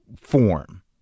form